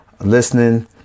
listening